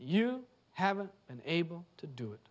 you haven't been able to do it